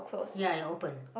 ya you open